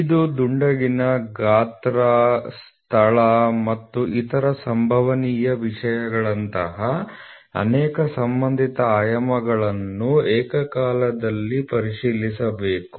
ಇದು ದುಂಡಗಿನ ಆಕಾರ ಗಾತ್ರ ಸ್ಥಳ ಮತ್ತು ಇತರ ಸಂಭವನೀಯ ವಿಷಯಗಳಂತಹ ಅನೇಕ ಸಂಬಂಧಿತ ಆಯಾಮಗಳುನ್ನು ಏಕಕಾಲದಲ್ಲಿ ಪರಿಶೀಲಿಸಬೇಕು